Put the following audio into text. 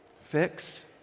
Fix